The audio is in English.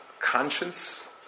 conscience